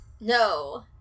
No